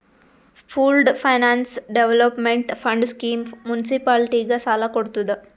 pooled finance development fund scheme ಮುನ್ಸಿಪಾಲಿಟಿಗ ಸಾಲ ಕೊಡ್ತುದ್